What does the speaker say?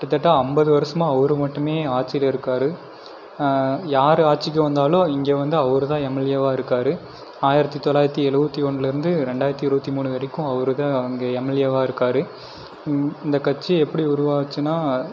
கிட்டத்தட்ட ஐம்பது வருஷமாக அவர் மட்டுமே ஆட்சியில இருக்கார் யார் ஆட்சிக்கு வந்தாலும் இங்கே வந்து அவர்தான் எம்எல்ஏவாக இருக்கார் ஆயிரத்தி தொள்ளாயிரத்தி எழுபத்தி ஒன்லருந்து ரெண்டாயிரத்தி இருபத்தி மூணு வரைக்கும் அவர்தான் அங்கே எம்எல்ஏவாக இருக்கார் இந்த கட்சி எப்படி உருவாச்சுனால்